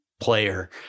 player